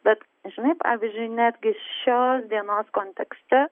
bet žinai pavyzdžiui netgi šios dienos kontekste